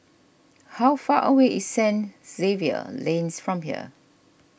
how far away is Saint Xavier Lanes from here